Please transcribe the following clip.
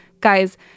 Guys